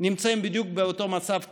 נמצאים בדיוק באותו מצב כמונו.